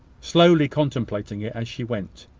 slowly contemplating it as she went.